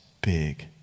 big